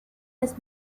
has